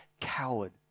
coward